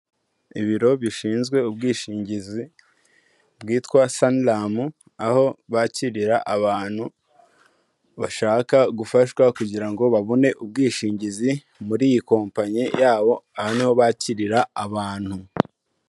Ibiro bishinzwe ubwishingizi bwitwa sunlam, aho bakirira abantu bashaka gufashwa kugira ngo babone ubwishingizi muri iyi kompanyi yabo aha niho bakirira abantu.